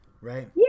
right